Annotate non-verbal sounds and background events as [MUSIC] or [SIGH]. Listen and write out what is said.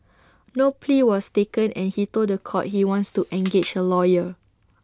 no plea was taken and he told The Court he wants to [NOISE] engage A lawyer